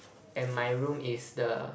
and my room is the